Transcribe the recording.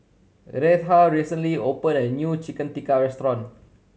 Retha recently opened a new Chicken Tikka restaurant